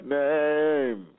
name